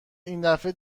ایندفعه